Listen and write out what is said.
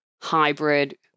hybrid